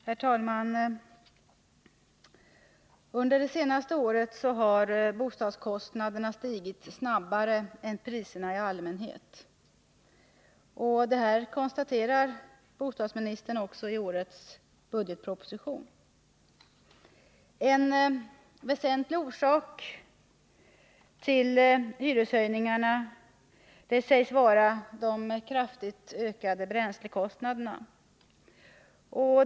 Herr talman! Under det senaste året har bostadskostnaderna stigit snabbare än priserna i allmänhet. Detta konstaterar också bostadsministern i årets budgetproposition. En väsentlig orsak till den ogynnsamma hyresutvecklingen anges vara de kraftigt ökade bränslekostnaderna.